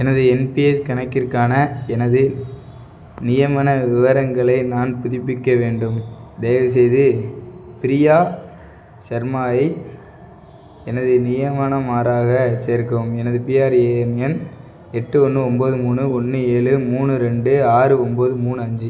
எனது என்பிஎஸ் கணக்கிற்கான எனது நியமன விவரங்களை நான் புதுப்பிக்க வேண்டும் தயவு செய்து ப்ரியா ஷர்மாவை எனது நியமனமாராகச் சேர்க்கவும் எனது பிஆர்ஏஎன் எண் எட்டு ஒன்று ஒம்பது மூணு ஒன்று ஏழு மூணு ரெண்டு ஆறு ஒம்பது மூணு அஞ்சு